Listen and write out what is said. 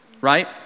Right